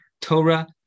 Torah